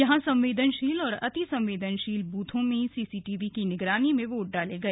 यहां संवेदनशील और अति संवेदनशील ब्रथों में सीसीटीवी से निगरानी में वोट डाले गए